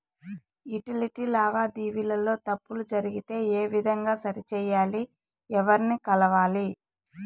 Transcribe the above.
Utility లావాదేవీల లో తప్పులు జరిగితే ఏ విధంగా సరిచెయ్యాలి? ఎవర్ని కలవాలి?